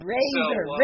Razor